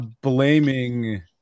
blaming